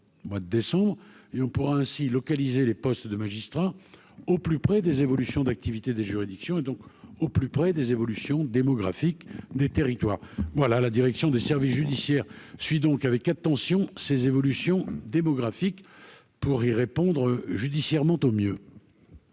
et on pourra ainsi localiser les postes de magistrats au plus près des évolutions d'activité des juridictions et donc au plus près des évolutions démographiques des territoires, voilà la direction des services judiciaires suit donc avec attention ces évolutions démographiques pour y répondre, judiciairement au mieux.